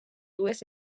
dues